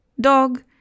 dog